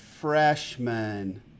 freshman